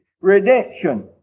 redemption